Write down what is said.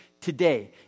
today